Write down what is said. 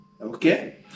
Okay